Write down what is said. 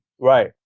Right